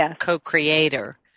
co-creator